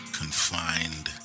confined